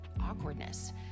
awkwardness